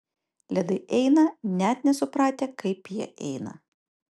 ledai eina net nesupratę kaip jie eina